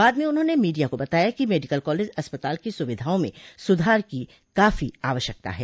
बाद में उन्होंने मीडिया को बताया कि मेडिकल कॉलेज अस्पताल की सुविधाओं में सुधार की काफी आवश्यकता है